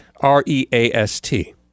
R-E-A-S-T